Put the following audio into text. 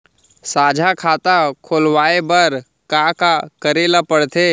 साझा खाता खोलवाये बर का का करे ल पढ़थे?